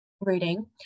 reading